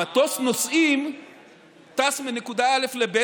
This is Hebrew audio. מטוס נוסעים טס מנקודה א' לב',